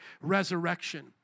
resurrection